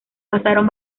pasaron